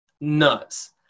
nuts